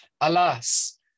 alas